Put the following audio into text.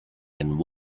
and